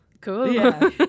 Cool